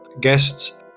guests